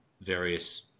various